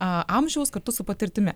amžiaus kartu su patirtimi